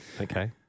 Okay